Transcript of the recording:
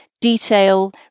Detail